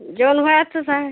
जेवण व्हयाचंच आहे